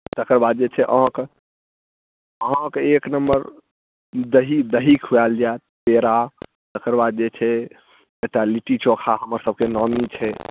तकर बाद जे छै अहाँकऽ अहाँकऽ एक नंबर दही दही खुआएल जाएत पेरा तकर बाद जे छै एतऽ लिट्टी चोखा हमर सबके नामी छै